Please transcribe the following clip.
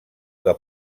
que